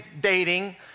dating